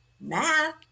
math